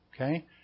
Okay